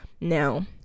Now